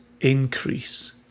increase